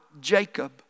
Jacob